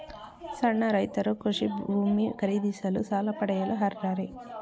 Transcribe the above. ಸಣ್ಣ ರೈತರು ಕೃಷಿ ಭೂಮಿ ಖರೀದಿಸಲು ಸಾಲ ಪಡೆಯಲು ಅರ್ಹರೇ?